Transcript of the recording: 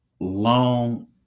long